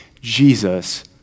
Jesus